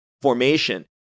formation